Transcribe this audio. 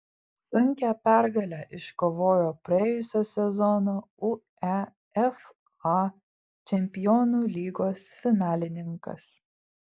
sunkią pergalę iškovojo praėjusio sezono uefa čempionų lygos finalininkas